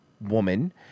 woman